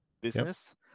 business